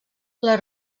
les